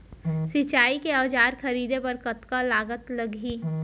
सिंचाई के औजार खरीदे बर कतका लागत लागही?